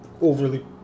overly